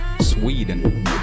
Sweden